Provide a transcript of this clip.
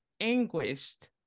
anguished